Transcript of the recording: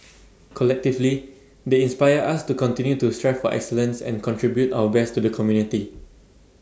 collectively they inspire us to continue to strive for excellence and contribute our best to the community